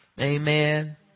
Amen